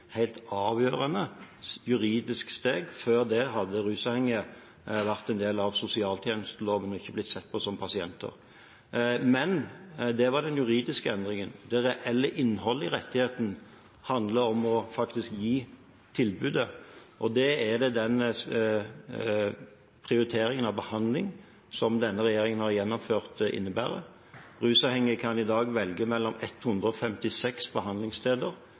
juridisk steg. Før kom rusavhengige inn under sosialtjenesteloven – de ble ikke sett på som pasienter. Det var den juridiske endringen. Det reelle innholdet i rettigheten handlet om faktisk å gi tilbudet. Det er det den prioriteringen av behandling som denne regjeringen har gjennnomført, innebærer. Rusavhengige kan i dag velge mellom 156 behandlingssteder,